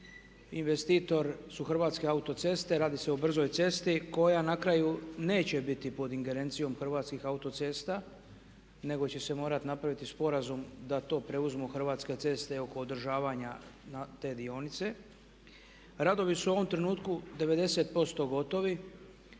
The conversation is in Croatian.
investitor su Hrvatske autoceste, radi se o brzoj cesti koja na kraju neće biti pod ingerencijom Hrvatskih autocesta nego će se morati napraviti sporazum da to preuzmu Hrvatske ceste oko održavanja te dionice. Radovi su u ovom trenutku 90% gotovi